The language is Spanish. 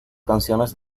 canciones